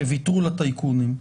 כי ויתרו לטייקונים,